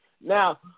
Now